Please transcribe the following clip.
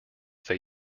they